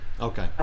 Okay